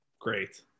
great